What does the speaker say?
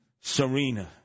Serena